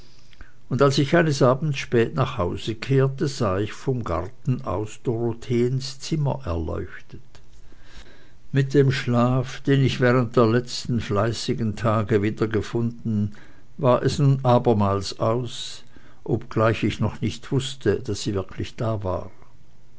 und als ich eines abends spät nach hause kehrte sah ich vom garten aus dorotheens zimmer erleuchtet mit dem schlaf den ich während der letzten fleißigen tage wiedergefunden war es nun abermals aus obgleich ich noch nicht wußte daß sie wirklich da war